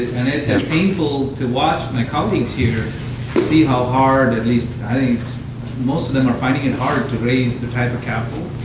it's painful to watch my colleagues here see how hard, at least i think most of them are finding it hard, to raise the type of capital.